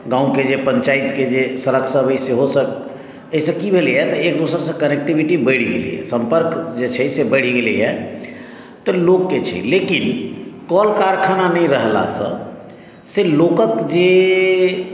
गाँवके जे पञ्चायतके जे सड़क सभ अहि सेहो सभ एहि सॅं की भेलैया एक दोसरसँ कनेक्टविटी बढ़ि गेलैया सम्पर्क जे छै से बढ़ि गेलैया तऽ लोककेँ छै लेकिन कल कारखाना नहि रहलासँ से लोकक जे